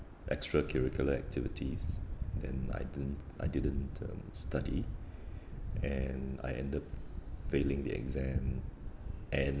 extracurricular activities then I didn't I didn't um study and I ended failing the exam and